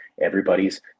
Everybody's